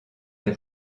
les